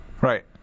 Right